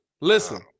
listen